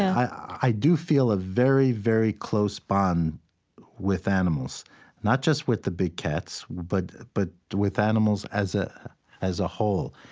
i do feel a very very close bond with animals not just with the big cats, but but with animals as ah as a whole.